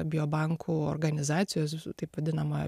biobankų organizacijos taip vadinama